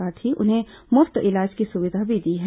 साथ ही उन्हें मुफ्त इलाज की सुविधा भी दी है